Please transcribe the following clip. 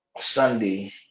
Sunday